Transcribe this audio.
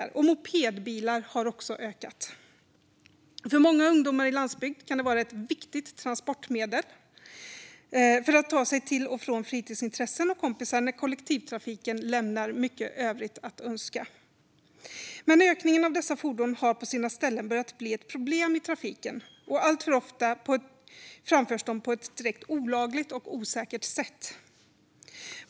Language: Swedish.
Även antalet mopedbilar har ökat. För många ungdomar på landsbygden kan det vara ett viktigt transportmedel för att ta sig till och från fritidsintressen och kompisar när kollektivtrafiken lämnar mycket övrigt att önska. Men ökningen av dessa fordon har på sina ställen börjat bli ett problem i trafiken. Alltför ofta framförs de på ett direkt olagligt och osäkert sätt.